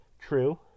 True